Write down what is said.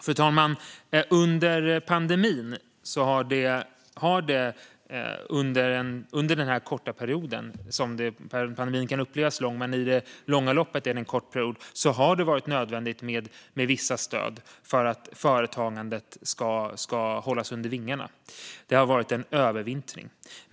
Fru talman! Under pandemin, som kan upplevas lång men som i det långa loppet är en kort period, har det varit nödvändigt med vissa stöd för att företagandet ska hållas under vingarna. Det har varit en övervintring.